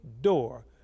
door